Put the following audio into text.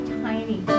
tiny